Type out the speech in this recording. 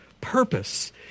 purpose